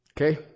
Okay